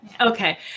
Okay